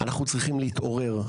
אנחנו צריכים להתעורר,